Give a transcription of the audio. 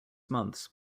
months